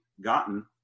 gotten